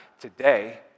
today